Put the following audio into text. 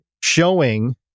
showing